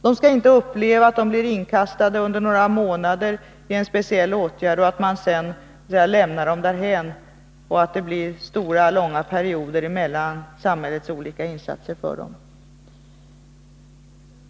De skall inte uppleva att de blir inkastade under några månader i en speciell åtgärd och att man sedan lämnar dem därhän — att det blir långa perioder mellan samhällets olika insatser för dem.